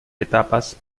etapas